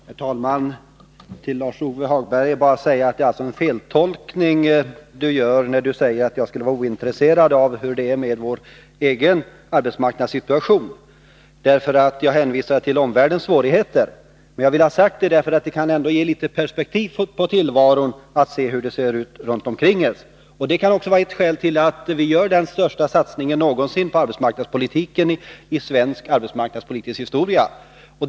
Herr talman! Till Lars-Ove Hagberg vill jag bara säga att det är en feltolkning att jag skulle vara ointresserad av hur det är med vår egen arbetsmarknadssituation. Jag hänvisade till omvärldens svårigheter för att ge litet av perspektiv och visa hur det ser ut runt omkring oss. Det kan också vara ett skäl till att vi gör den största satsningen någonsin i svensk arbetsmarknadspolitisk historia.